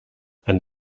after